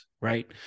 right